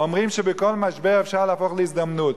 אומרים שכל משבר אפשר להפוך להזדמנות.